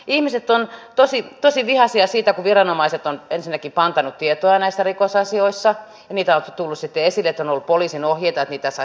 ihmiset ovat tosi vihaisia siitä kun viranomaiset ovat ensinnäkin pantanneet tietoa näistä rikosasioista ja on tullut sitten esille että siitä on ollut poliisin ohjeita ettei niistä saa tiedottaa